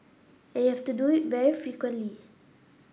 and you have to do it very frequently